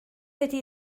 ydy